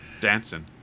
dancing